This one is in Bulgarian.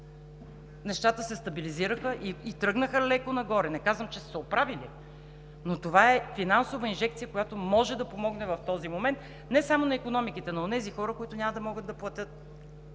нещата се стабилизираха и тръгнаха леко нагоре. Не казвам, че са се оправили, но това е финансова инжекция, която може да помогне в този момент не само на икономиките, на онези хора, които няма да могат да платят.